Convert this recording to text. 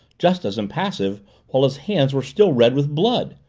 just as impassive while his hands were still red with blood.